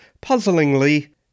puzzlingly